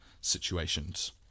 situations